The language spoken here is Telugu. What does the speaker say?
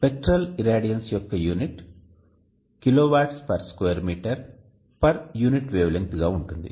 స్పెక్ట్రల్ ఇరాడియన్స్ యొక్క unit kilo watts per square metre per unit wavelength గా ఉంటుంది